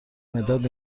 مداد